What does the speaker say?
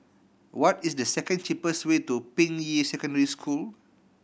what is the second cheapest way to Ping Yi Secondary School